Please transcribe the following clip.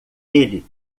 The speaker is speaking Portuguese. ele